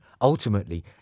ultimately